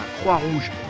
Croix-Rouge